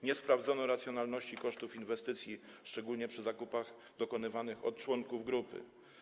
Nie sprawdzono racjonalności kosztów inwestycji, szczególnie przy zakupach dokonywanych od członków grupy.